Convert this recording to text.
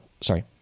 sorry